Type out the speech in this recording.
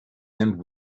end